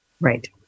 Right